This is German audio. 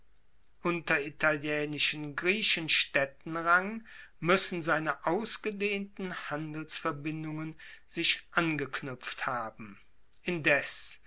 unter den unteritalischen griechenstaedten rang muessen seine ausgedehnten handelsverbindungen sich angeknuepft haben indes